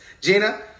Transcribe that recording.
Gina